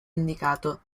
indicato